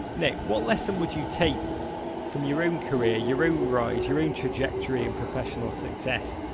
nick, what lesson would you take from your own career, your own rise, your own trajectory and professional success,